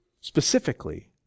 specifically